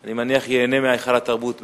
אני מניח שייהנה מהיכל התרבות באריאל.